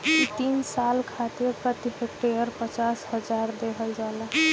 इ तीन साल खातिर प्रति हेक्टेयर पचास हजार देहल जाला